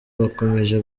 bakomeje